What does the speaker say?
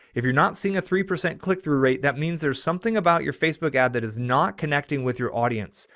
if you're not seeing a three percent click through rate, that means there's something about your facebook ad that is not connecting with your audience.